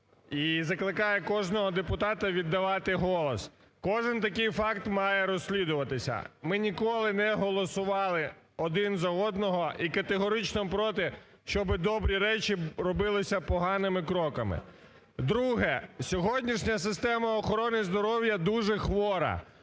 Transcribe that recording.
і закликає кожного депутата віддавати голос. Кожен такий факт має розслідуватися. Ми ніколи не голосували один за одного і категорично проти, щоб добрі речі робилися поганими кроками. Друге. Сьогоднішня система охорони здоров'я дуже хвора.